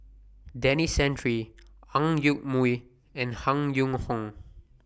Denis Santry Ang Yoke Mooi and Han Yong Hong